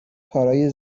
کارای